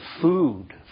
food